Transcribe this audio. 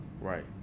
Right